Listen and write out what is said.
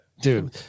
Dude